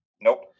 Nope